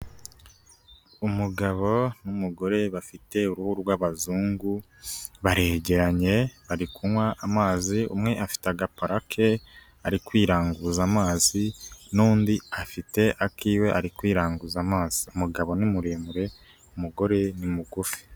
Umugabo n'umugore bafite uruhu rw'abazungu, baregeranye, bari kunywa amazi, umwe afite agapara ke, ari kwiranguza amazi, n'undi afite akiwe, ari kwiranguza amazi, umugabo ni ni muremure, umugore ni mugufi.